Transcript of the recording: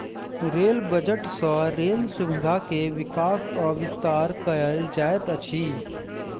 rail budget सँ rail सुविधा के विकास आ विस्तार कयल जाइत अछि